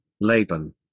Laban